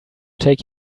take